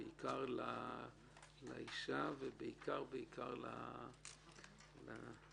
בעיקר לאישה ובעיקר בעיקר לתינוק.